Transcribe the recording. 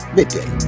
Midday